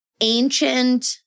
ancient